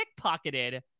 pickpocketed